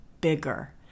bigger